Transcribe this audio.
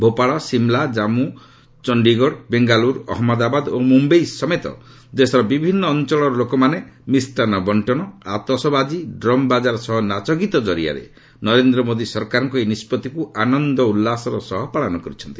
ଭୋପାଳ ସିମ୍ଲା ଜାଞ୍ଗୁ ଚଣ୍ଡିଗଡ ବେଙ୍ଗାଲୁରୁ ଅହମ୍ମଦାବାଦ ଓ ମୁମ୍ଭଇ ସମେତ ଦେଶର ବିଭିନ୍ନ ଅଞ୍ଚଳର ଲୋକମାନେ ମିଷ୍ଟାନ୍ନ ବଙ୍କନ ଆତସବାଜ୍ଞୀ ଡ୍ରମ ବାଜାର ସହ ନାଚଗୀତ ଜରିଆରେ ନରେନ୍ଦ୍ର ମୋଦି ସରକାରଙ୍କ ଏହି ନିଷ୍ପଭିକୁ ଆନନ୍ଦ ଉଲ୍ଲାସର ସହ ପାଳନ କରିଛନ୍ତି